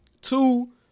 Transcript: Two